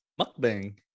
mukbang